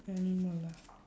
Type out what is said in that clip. animal ah